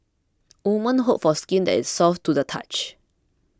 women hope for skin that is soft to the touch